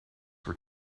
were